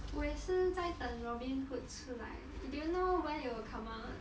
我也是在等 robin hood 出来 do you know when it will come out